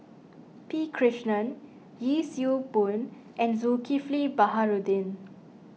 P Krishnan Yee Siew Pun and Zulkifli Baharudin